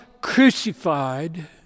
crucified